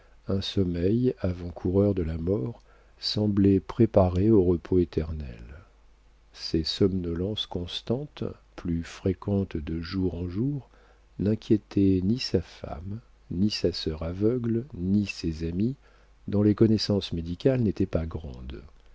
un sommeil avant-coureur de la mort semblait préparer au repos éternel ces somnolences constantes plus fréquentes de jour en jour n'inquiétaient ni sa femme ni sa sœur aveugle ni ses amis dont les connaissances médicales n'étaient pas grandes